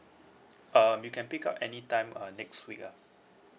um you can pick up anytime uh next week ah